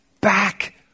back